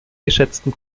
geschätzten